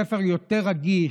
ספר יותר רגיש,